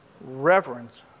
reverence